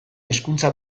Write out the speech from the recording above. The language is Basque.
hezkuntza